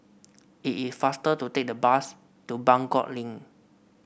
it is faster to take the bus to Buangkok Link